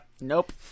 Nope